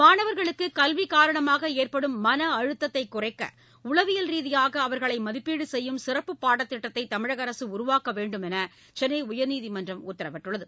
மாணவர்களுக்குகல்விகாரணமாகஏற்படும் மனஅழுத்தத்தைகுறைக்கஉளவியல் ரீதியாகஅவர்களைமதிப்பீடுசெய்யும் சிறப்பு திட்டத்தைதமிழகஅரசுஉருவாக்கவேண்டும் பாடக் என்றுசென்னைஉயர்நீதிமன்றம் உத்தரவிட்டுள்ளது